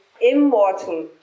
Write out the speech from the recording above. Immortal